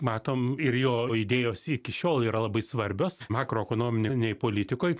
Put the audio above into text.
matom ir jo idėjos iki šiol yra labai svarbios makroekonomin nėj politikoj